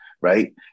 Right